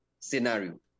Scenario